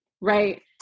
Right